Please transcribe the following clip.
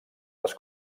les